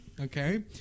okay